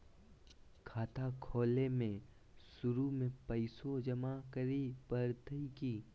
खाता खोले में शुरू में पैसो जमा करे पड़तई की?